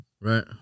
Right